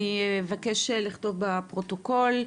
אני אבקש לכתוב בפרוטוקול.